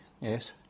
yes